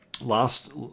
last